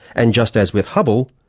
and, just as with hubble,